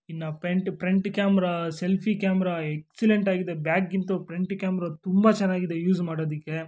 ಇನ್ನು ಪೆಂಟ್ front camera selfie camera ಎಕ್ಸಿಲೆಂಟಾಗಿದೆ ಬ್ಯಾಕ್ಗಿಂತ ಪ್ರಂಟ್ ಕ್ಯಾಮ್ರ ತುಂಬ ಚೆನ್ನಾಗಿದೆ ಯೂಸ್ ಮಾಡೋದಕ್ಕೆ